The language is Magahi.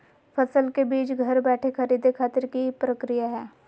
फसल के बीज घर बैठे खरीदे खातिर की प्रक्रिया हय?